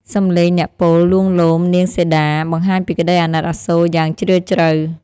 សំឡេងអ្នកពោលលួងលោមនាងសីតា បង្ហាញពីក្ដីអាណិតអាសូរយ៉ាងជ្រាលជ្រៅ។